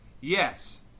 Yes